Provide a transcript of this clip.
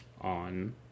on